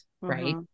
Right